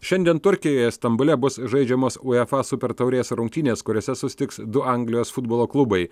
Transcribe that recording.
šiandien turkijoje stambule bus žaidžiamos uefa super taurės rungtynės kuriose susitiks du anglijos futbolo klubai